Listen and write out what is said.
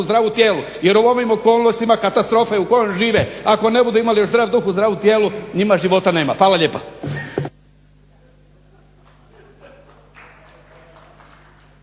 zdravu tijelu jer u ovim okolnostima katastrofe u kojoj žive ako ne budu još imali zdrav duh u zdravu tijelu njima života nema. Hvala lijepa.